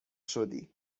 شدی